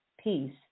peace